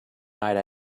night